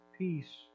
Peace